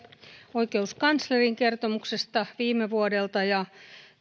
oikeuskanslerin kertomuksesta viime vuodelta ja